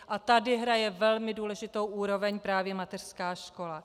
A tady hraje velmi důležitou úroveň právě mateřská škola.